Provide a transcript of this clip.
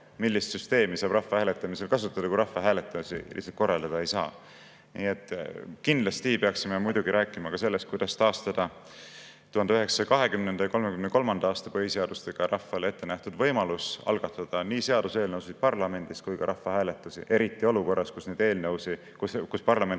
millist süsteemi saab rahvahääletusel kasutada, kui rahvahääletusi korraldada ei saagi. Kindlasti peaksime rääkima ka sellest, kuidas taastada 1920. ja 1933. aasta põhiseadusega rahvale ettenähtud võimalus algatada nii seaduseelnõusid parlamendis kui ka rahvahääletusi, eriti olukorras, kus parlament